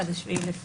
עד ה-7 בפברואר.